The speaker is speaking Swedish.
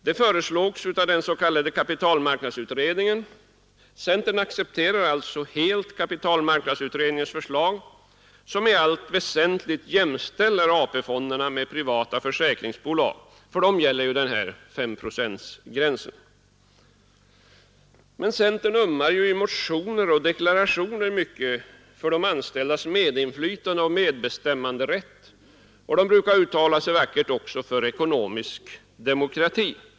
Detta föreslogs av den s.k. kapitalmarknadsutredningen. Centern accepterar alltså helt kapitalmarknadsutredningens förslag som i allt väsentligt jämställer AP-fonderna med privata försäkringsbolag. För dem gäller ju den här 5-procentsgränsen. Men centern ömmar i motioner och deklarationer mycket för de anställdas medinflytande och medbestämmanderätt, och partiet brukar också uttala sig vackert för ekonomisk demokrati.